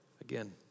again